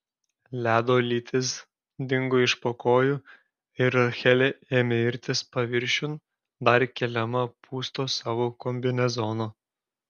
ledo lytis dingo iš po kojų ir rachelė ėmė irtis paviršiun dar keliama pūsto savo kombinezono